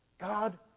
God